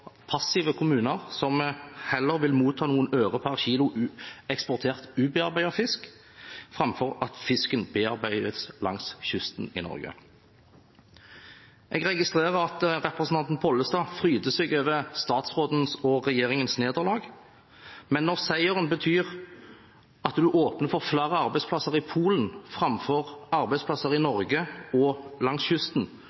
passive kommuner som heller vil motta noen øre per kilo eksportert ubearbeidet fisk, enn at fisken bearbeides langs kysten i Norge. Jeg registrerer at representanten Pollestad fryder seg over statsrådens og regjeringens nederlag, men når seieren betyr at man åpner for flere arbeidsplasser i Polen, framfor arbeidsplasser i